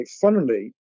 funnily